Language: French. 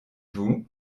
vous